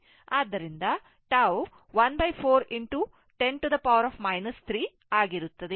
ಆದ್ದರಿಂದ ಇದು 14 10 3 ಆಗಿರುತ್ತದೆ